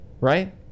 right